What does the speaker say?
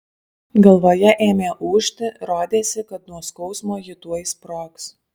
galvoje ėmė ūžti rodėsi kad nuo skausmo ji tuoj sprogs